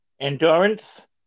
endurance